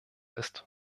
ist